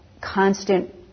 constant